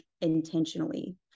intentionally